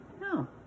No